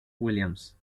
williams